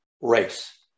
race